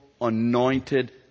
anointed